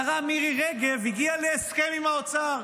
השרה מירי רגב הגיעה להסכם עם האוצר.